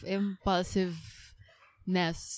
impulsiveness